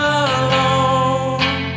alone